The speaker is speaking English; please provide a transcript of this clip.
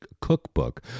cookbook